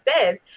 says